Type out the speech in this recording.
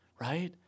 right